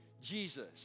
Jesus